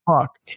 fuck